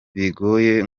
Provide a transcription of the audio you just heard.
bigoye